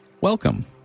Welcome